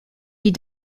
die